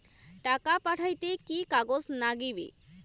টাকা পাঠাইতে কি কাগজ নাগীবে?